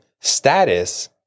status